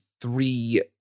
three